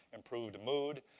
improved mood,